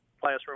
classroom